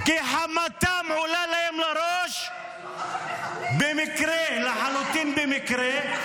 כי חמתם עולה להם לראש במקרה, לחלוטין במקרה,